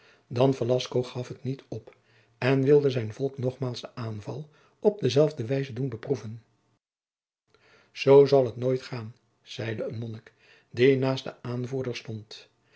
velasco gaf het niet op en wilde zijn volk nogmaals den aanval op dezelfde wijze doen beproeven zoo zal het nooit gaan zeide een monnik die naast den aanvoerder